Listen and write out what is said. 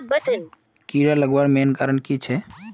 कीड़ा लगवार मेन कारण की छे?